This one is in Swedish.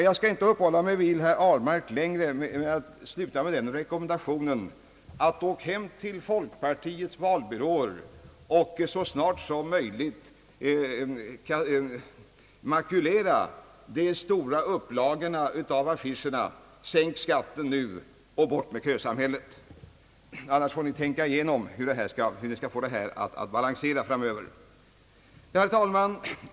Jag skall inte uppehålla mig vid herr Ahlmark längre, men jag vill sluta med den rekommendationen: Åk hem till folkpartiets valbyråer och makulera så snart som möjligt de stora upplagorna av affischerna »Sänk skatten nu» och »Bort med kösamhället»! Annars får ni aldrig era paroller att balansera. Herr talman!